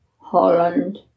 Holland